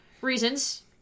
reasons